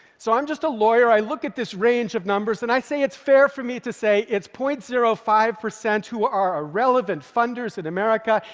so i'm just a lawyer, i look at this range of numbers, and i say it's fair for me to say it's point zero five percent who are our ah relevant funders in america.